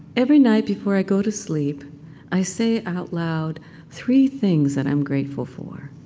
every night before i go to sleep i say out loud three things that i am grateful for,